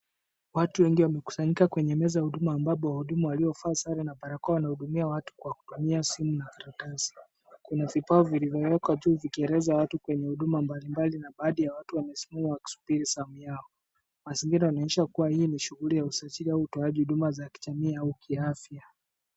Watu wengi wakusanyika kwenye meza ya huduma ambapo wahuduma waliovaa sare na barakoa wanahudumia watu kwa kutumia simu na wa karatasi. Kuna na vifaa vilivyowekwa juu vikieleza watu kwenye huduma mbali mbali na baadhi ya watu wamesimama wakisubiri zamu yao. Mazingira yanaonyesha kuwa hii ni shughuli ya usajili au utoaji huduma za kijamii au kiafya.